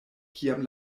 kiam